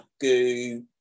goo